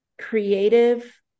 creative